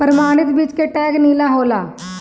प्रमाणित बीज के टैग नीला होला